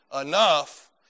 Enough